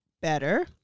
better